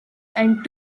and